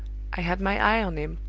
i had my eye on him,